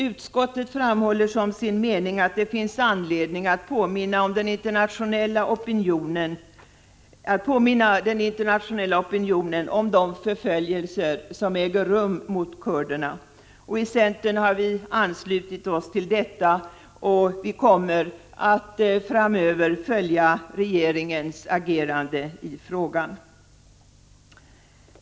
Utskottet framhåller som sin mening att det finns anledning att påminna den internationella opinionen om de förföljelser som äger rum mot kurderna. I centern har vi anslutit oss till detta och kommer att framöver följa regeringens agerande i frågan.